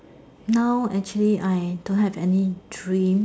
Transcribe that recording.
now actually I don't have any dream